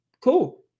cool